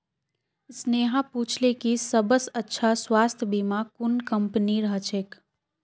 स्नेहा पूछले कि सबस अच्छा स्वास्थ्य बीमा कुन कंपनीर ह छेक